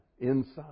inside